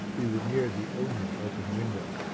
we were near the only open window.